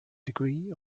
degree